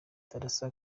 darassa